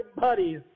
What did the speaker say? buddies